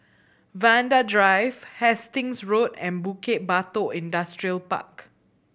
Vanda Drive Hastings Road and Bukit Batok Industrial Park